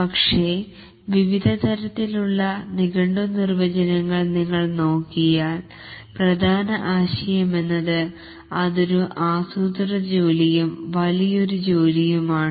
പക്ഷേ വിവിധ തരത്തിലുള്ള നിഘണ്ടു നിർവചനങ്ങൾ നിങ്ങൾ നോക്കിയാൽ പ്രധാന ആശയം എന്നത് അതൊരു ആസൂത്രിത ജോലിയും വലിയയൊരു ജോലിയുമാണ്